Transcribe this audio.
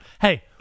Hey